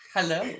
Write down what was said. Hello